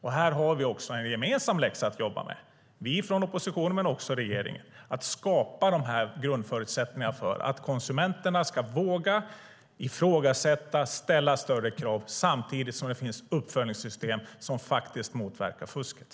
Här har vi också en gemensam läxa att jobba med, vi från oppositionen men också regeringen: att skapa grundförutsättningarna för att konsumenterna ska våga ifrågasätta och ställa större krav, samtidigt som det finns uppföljningssystem som faktiskt motverkar fusket.